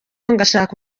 ngashaka